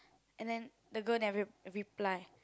and then the girl never re~ reply